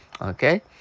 Okay